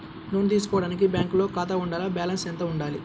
లోను తీసుకోవడానికి బ్యాంకులో ఖాతా ఉండాల? బాలన్స్ ఎంత వుండాలి?